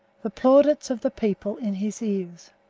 the plaudits of the people in his ears.